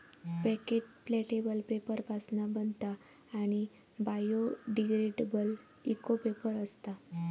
packet प्लॅटेबल paper पासना बनता आणि बायोडिग्रेडेबल इको पेपर असता